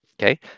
Okay